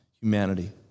humanity